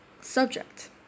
subject